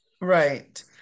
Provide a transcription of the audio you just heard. Right